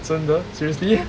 真的 seriously